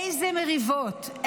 איזה מריבות,